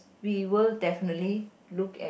we will definitely look at